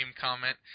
comment